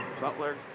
Butler